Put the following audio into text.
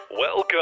Welcome